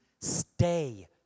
Stay